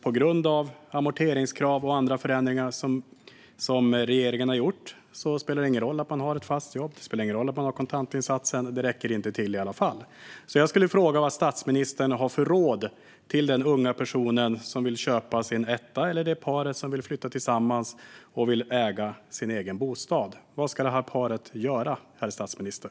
På grund av amorteringskrav och andra förändringar som regeringen har gjort spelar det ingen roll att man har ett fast jobb eller att man har kontantinsatsen, för det räcker inte till i alla fall. Jag skulle vilja fråga vad statsministern har för råd till den unga person som vill köpa en etta eller till det par som vill flytta ihop och äga sin egen bostad. Vad ska det här paret göra, herr statsminister?